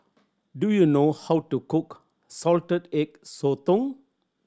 do you know how to cook Salted Egg Sotong